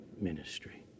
ministry